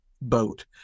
boat